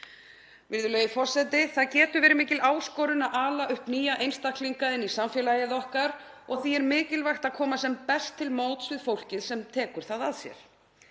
Virðulegi forseti. Það getur verið mikil áskorun að ala upp nýja einstaklinga inn í samfélagið okkar og því er mikilvægt að koma sem best til móts við fólkið sem tekur það að sér.